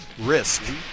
Risk